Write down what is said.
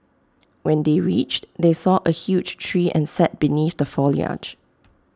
when they reached they saw A huge tree and sat beneath the foliage